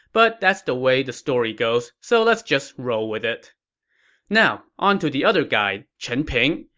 but that's the way the story goes, so let's just roll with it now, on to the other guy, chen ping.